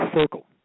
circle